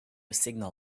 signal